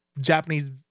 japanese